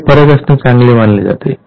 हे फरक असणे चांगले मानले जाते